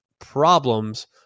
problems